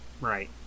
Right